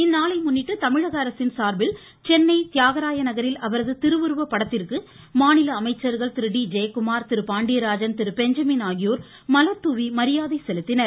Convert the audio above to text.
இந்நாளை முன்னிட்டு தமிழகஅரசின் சார்பில் சென்னை தியாகராய நகரில் திருவுருவ படத்திற்கு மாநில அமைச்சர்கள் திரு டி ஜெயகுமார் அவரது கிரு பாண்டியராஜன் திரு பெஞ்சமின் ஆகியோர் மலர்தூவி மரியாதை செலுத்தினர்